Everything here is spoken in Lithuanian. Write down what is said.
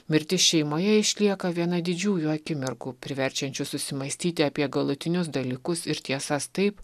mirtis šeimoje išlieka viena didžiųjų akimirkų priverčiančių susimąstyti apie galutinius dalykus ir tiesas taip